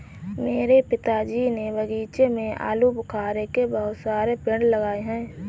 मेरे पिताजी ने बगीचे में आलूबुखारे के बहुत सारे पेड़ लगाए हैं